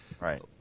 right